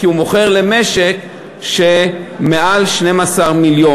כי הוא מוכר למשק שמעל 12 מיליון,